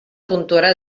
puntuarà